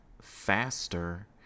faster